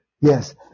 Yes